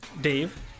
Dave